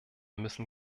müssen